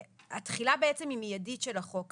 התחילה בעצם היא מיידית של החוק הזה.